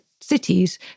cities